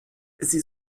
sie